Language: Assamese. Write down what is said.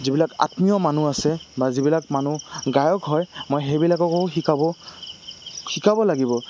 যিবিলাক আত্মীয় মানুহ আছে বা যিবিলাক মানুহ গায়ক হয় মই সেইবিলাককো শিকাব শিকাব লাগিব